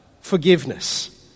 forgiveness